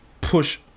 push